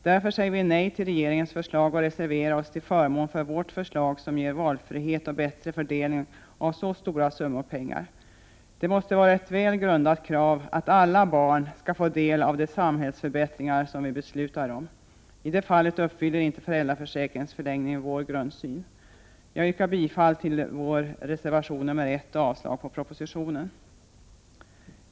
Därför säger vi nej till regeringens förslag och reserverar oss till förmån för vårt förslag, som ger valfrihet och bättre fördelning av så stora summor pengar. Det måste vara ett väl grundat krav att alla barn skall få del av de samhällsförbättringar som vi beslutar. I det fallet tillgodoser inte föräldraförsäkringens förlängning vår grundsyn. Jag yrkar bifall till vår reservation nr 1 och avslag på propositionen.